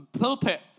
pulpit